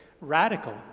radical